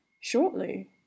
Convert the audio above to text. shortly